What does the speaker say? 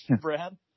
Brad